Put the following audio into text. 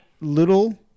little